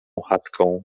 chatką